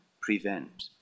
prevent